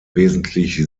wesentlich